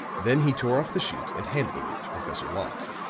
then he tore off the sheet and handed it to professor locke.